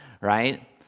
right